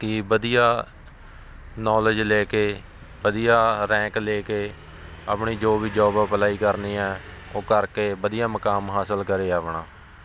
ਕਿ ਵਧੀਆ ਨੌਲੇਜ ਲੈ ਕੇ ਵਧੀਆ ਰੈਂਕ ਲੈ ਕੇ ਆਪਣੀ ਜੋ ਵੀ ਜੋਬ ਅਪਲਾਈ ਕਰਨੀ ਹੈ ਉਹ ਕਰਕੇ ਵਧੀਆ ਮੁਕਾਮ ਹਾਸਿਲ ਕਰੇ ਆਪਣਾ